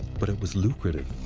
but it was lucrative.